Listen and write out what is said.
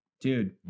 Dude